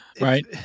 Right